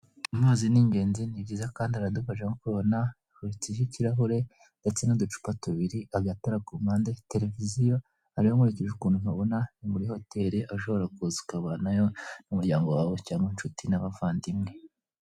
Amazi ni ingenzi, ni byiza kandi aradufasha nkuko ubibona; hari ikirahure ndetse n'uducupa tubiri, agatara k'umande, televiziyo aha nkurikije ukuntu uhabona, ni muri hoteli aho ushobora kuza ukabanayo n'umuryango wawe, cyangwa inshuti n'abavandimwe